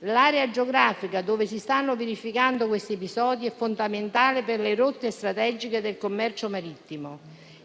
L'area geografica dove si stanno verificando questi episodi è fondamentale per le rotte strategiche del commercio marittimo.